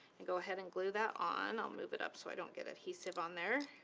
and go ahead and glue that on. i'll move it up so i don't get adhesive on there.